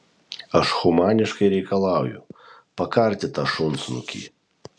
aš humaniškai reikalauju pakarti tą šunsnukį